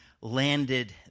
landed